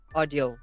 audio